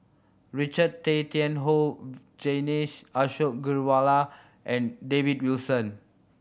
Richard Tay Tian Hoe Vijesh Ashok Ghariwala and David Wilson